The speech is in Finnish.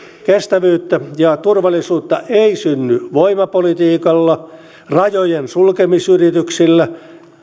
kestävyyttä ja turvallisuutta ei synny voimapolitiikalla rajojen sulkemisyrityksillä